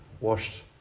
washed